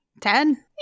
ten